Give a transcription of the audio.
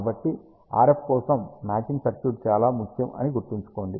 కాబట్టి RF కోసం matching circuit చాలా ముఖ్యం అని గుర్తుంచుకోండి